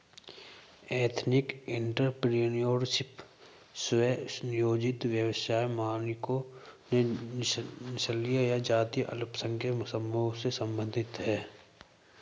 ethnic entrepreneurship, स्व नियोजित व्यवसाय मालिकों जो नस्लीय या जातीय अल्पसंख्यक समूहों से संबंधित हैं